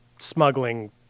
Smuggling